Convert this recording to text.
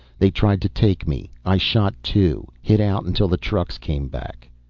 they tried to take me, i shot two hid out until the trucks came back.